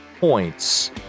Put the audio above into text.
points